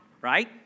right